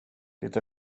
det